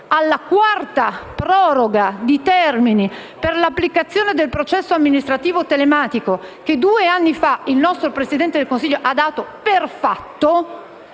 alla quarta proroga di termini per l'applicazione del processo amministrativo telematico, che due anni fa il nostro Presidente del Consiglio ha dato per fatto,